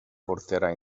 porterà